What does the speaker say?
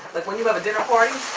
like, when you have a dinner party